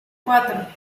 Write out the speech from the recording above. cuatro